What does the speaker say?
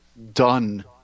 done